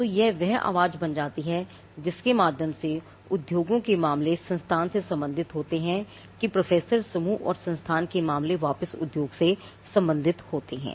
तो यह वह आवाज बन जाती है जिसके माध्यम से उद्योगों के मामले संस्थान से संबंधित होते है कि प्रोफेसर समूह और संस्थान के मामले वापिस उद्योग से संबंधित होते हैं